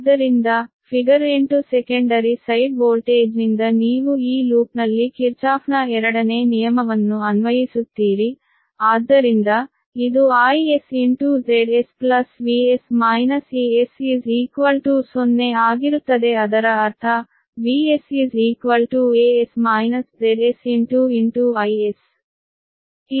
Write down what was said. ಆದ್ದರಿಂದ figure 8 secondary side ವೋಲ್ಟೇಜ್ನಿಂದ ನೀವು ಈ ಲೂಪ್ನಲ್ಲಿ ಕಿರ್ಚಾಫ್ನ ಎರಡನೇ ನಿಯಮವನ್ನು ಅನ್ವಯಿಸುತ್ತೀರಿ ಆದ್ದರಿಂದ ಇದು I s Z s V s E s0 ಆಗಿರುತ್ತದೆ ಅದರ ಅರ್ಥ Vs Es ZsIs ಇದು ಸಮೀಕರಣ 21 ಆಗಿದೆ